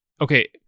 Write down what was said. Okay